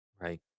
Right